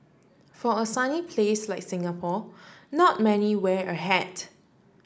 for a sunny place like Singapore not many wear a hat